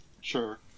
Sure